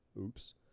oops